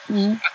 mmhmm